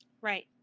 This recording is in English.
Right